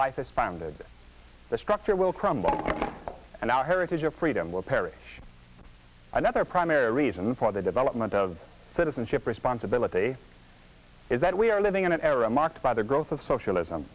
life is founded the structure will crumble and our heritage of freedom will perish another primary reason for the development of citizenship responsibility is that we are living in an era marked by the growth of socialism